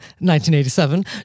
1987